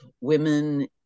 women